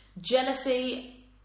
Jealousy